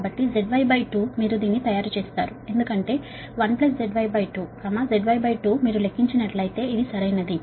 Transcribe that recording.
కాబట్టి ZY2 మీరు దీన్ని చేస్తారు ఎందుకంటే 1 ZY2 ZY2 మీరు లెక్కించినట్లయితే ఇది 0